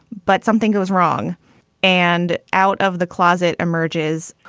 but something goes wrong and out of the closet emerges.